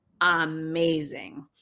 amazing